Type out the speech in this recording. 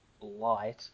light